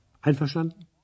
Einverstanden